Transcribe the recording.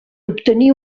obtenir